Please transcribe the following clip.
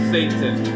Satan